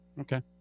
okay